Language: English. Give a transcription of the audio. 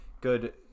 good